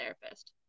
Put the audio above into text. therapist